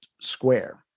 square